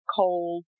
cold